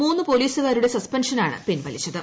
മൂന്നു പോലീസുകാരുടെ സസ്പെൻഷനാണ് പിൻവലിച്ചത്